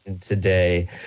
today